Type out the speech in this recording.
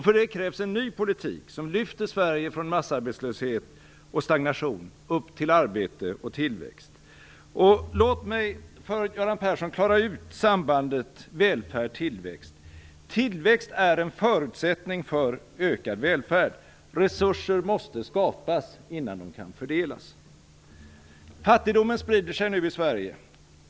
För det krävs en ny politik som lyfter Sverige från massarbetslöshet och stagnation upp till arbete och tillväxt. Låt mig för Göran Persson reda ut sambandet välfärd-tillväxt. Tillväxt är en förutsättning för ökad välfärd. Resurser måste skapas innan de kan fördelas. Fattigdomen sprider sig nu i Sverige.